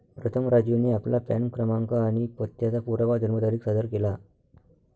प्रथम राजूने आपला पॅन क्रमांक आणि पत्त्याचा पुरावा जन्मतारीख सादर केला